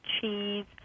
cheese